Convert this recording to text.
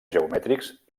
geomètrics